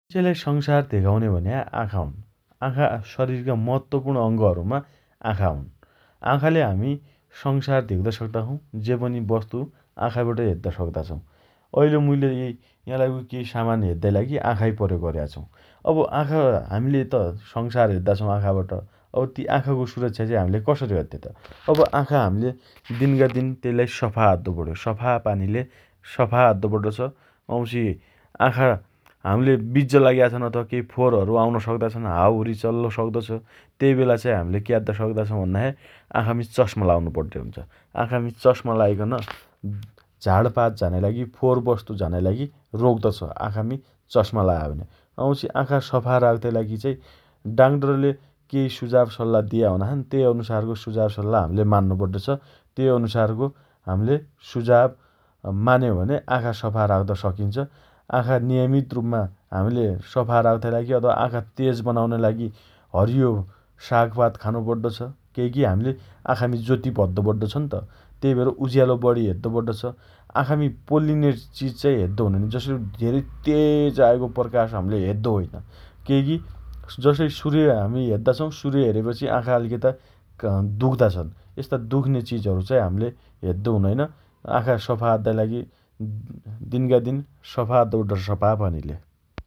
मान्छेलाई संसार धेगाउने भन्या आँखा हुन् । आँखा शरिरका महत्वपूर्ण अंगहरुमा आँखा हुन् । आँखाले हमी संसार धेग्द सक्दा छौँ । जे पनि वस्तु आँखाबटै हेद्द सक्दा छौँ । अइल मइले एइलाइको केइ सामान हेद्दाइ लागि आखा प्रयोग अर्या छु । अब आँखा हम्ले त संसार हेद्दा छौ आँखाबट । अब ती आँखाको सुरक्षा हम्ले कसरी अद्दे त? अब आँखा हम्ले दिनका दिन तेल्लाइ सफा अद्दो पण्यो । सफा पानीले सफा अद्दो पड्डो छ । वाउँछि आँखा हम्ले बिज्ज लाग्या छन् अथवा केही फोहोरहरु आउन सक्दा छन् । हावाहुरी चल्लो सक्दोछ । तेइबेला चाइ हम्ले क्याद्द सक्दा छौं भने आँखामी चस्मा लाउनो पड्डे हुन्छ । आँखामी चस्मा लाइकन झाणपात झानाइ लागि फोहोर वस्तु झानाइ लागि रोक्त छ । आँखामी चस्मा लायो भने । वाउँछि आँखा सफा राख्ताइ लागि डाङडरले केइ सुझाव सल्लाह दिया हुना छन् तेइ अनुसारको सुझाव सल्लाह हम्ले मान्नो पड्डोछ । तेइ अनुसारको हम्ले सुझाव अँ मान्यो भने आँखा सफा राख्त सकिन्छ । आँखा नियमित रुपमा हम्ले सफा राख्ताइ लागि अथवा आँखा तेज बनाउनाइ लागि हरियो सागपात खानो पड्डो छ । केइकी हम्ले आँखामी ज्योति भद्दो पड्डो छन्त । तेइ भएर उज्यालो बढी हेद्द पड्डो छ । आँखामी पोल्लिने चिज चाइ हेद्दो हुनैनन । जसरी धेरै तेज आएको प्रकाश हम्ले हेद्दो होइन । केइ की जसरी सूर्य हामी हेद्दा छौं सूर्य हेरेपछि आँखा अलिकता दुख्दा छन् । यस्ता दुख्देचिजहरु चाइ हम्ले हेद्दो हुनैनन् । आँखा सफा अद्दाइ लागि दिनका दिन सफा अद्दो पड्डो सफा पानीले ।